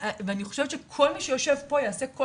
ואני חושבת שכל מי שיושב פה יעשה כל